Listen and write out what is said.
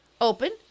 open